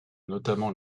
notamment